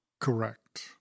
Correct